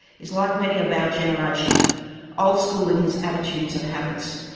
is like many of our generation old school in his attitudes and habits.